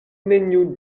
neniu